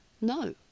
No